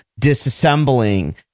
disassembling